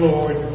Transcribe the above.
Lord